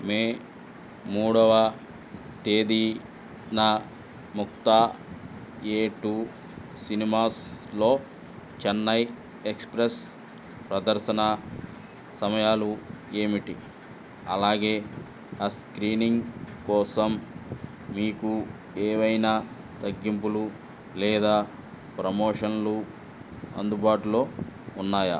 మే మూడవ తేదీన Mukta A two సినిమాస్లో చెన్నై ఎక్స్ప్రెస్ ప్రదర్శన సమయాలు ఏమిటి అలాగే ఆ స్క్రీనింగ్ కోసం మీకు ఏవైనా తగ్గింపులు లేదా ప్రమోషన్లు అందుబాటులో ఉన్నాయా